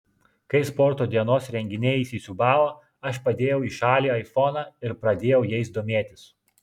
kai sporto dienos renginiai įsisiūbavo aš padėjau į šalį aifoną ir pradėjau jais domėtis